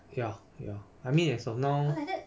ya ya I mean as of now